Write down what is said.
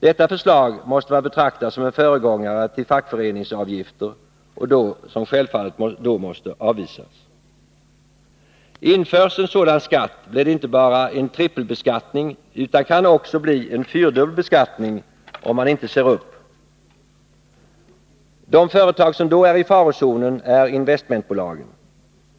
Detta förslag måste man betrakta som en föregångare till avgifter till fackföreningsägda fonder -— ett förslag som självfallet måste avvisas. Införs en sådan skatt blir det inte bara en trippelbeskattning utan det kan också bli en fyrdubbel beskattning om man inte ser upp. De företag som då är i farozonen är investmentbolagen.